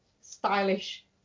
stylish